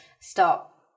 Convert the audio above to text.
stop